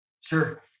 Sure